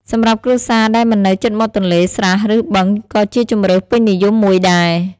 សម្រាប់គ្រួសារដែលមិននៅជិតមាត់ទន្លេ ស្រះ ឬ បឹងក៏ជាជម្រើសពេញនិយមមួយដែរ។